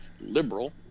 liberal